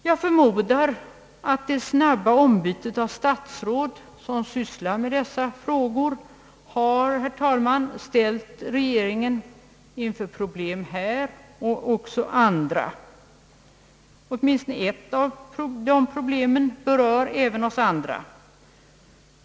Jag förmodar, herr talman, att det snabba ombytet av statsråd vilka syssjar med dessa frågor har ställt regeringen inför problem på detta område liksom även i andra avseenden. Åtminstone ett av dessa problem berör även oss andra.